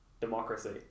democracy